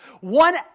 One